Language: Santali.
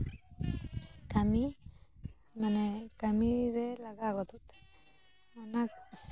ᱠᱟᱹᱢᱤ ᱢᱟᱱᱮ ᱠᱟᱹᱢᱤ ᱨᱮ ᱞᱟᱜᱟᱣ ᱜᱚᱫᱚᱜᱼᱟ ᱚᱱᱟ